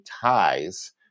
ties